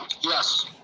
Yes